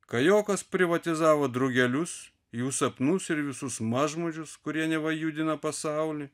kajokas privatizavo drugelius jų sapnus ir visus mažmožius kurie neva judina pasaulį